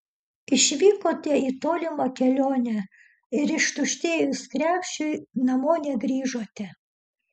išvykote į tolimą kelionę ir ištuštėjus krepšiui namo negrįžote